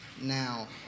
now